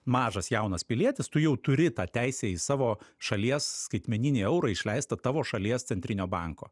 mažas jaunas pilietis tu jau turi tą teisę į savo šalies skaitmeninį eurą išleistą tavo šalies centrinio banko